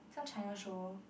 some China show